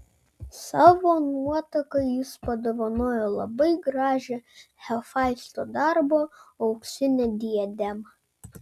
savo nuotakai jis padovanojo labai gražią hefaisto darbo auksinę diademą